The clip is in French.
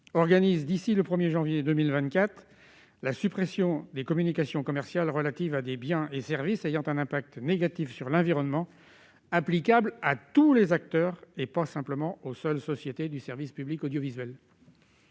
organise, d'ici au 1 janvier 2024, la suppression des communications commerciales relatives à des biens et services ayant un impact négatif sur l'environnement, suppression applicable à tous les acteurs et non pas seulement aux seules sociétés du service public audiovisuel.